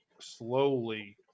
slowly –